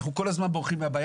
אנחנו כל הזמן בורחים ממנה,